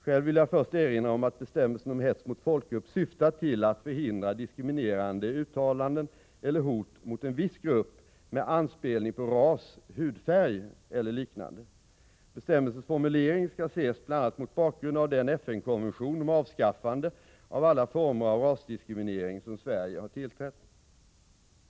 Själv vill jag först erinra om att bestämmelsen om hets mot folkgrupp syftar till att förhindra diskriminerande uttalanden eller hot mot en viss grupp med anspelning på ras, hudfärg eller liknande. Bestämmelsens formulering skall ses bl.a. mot bakgrund av den FN-konvention om avskaffande av alla former av rasdiskriminering som Sverige har tillträtt.